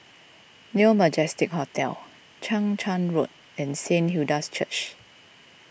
New Majestic Hotel Chang Charn Road and Saint Hilda's Church